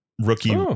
rookie